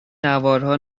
نوارها